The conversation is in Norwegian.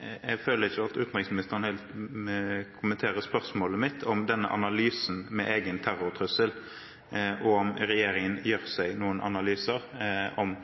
Jeg føler ikke at utenriksministeren helt kommenterer spørsmålet mitt om denne analysen av egen terrortrussel og om regjeringen gjør seg noen analyser av terrortrusselen mot landet vårt når en sender bidrag andre steder i verden, eller om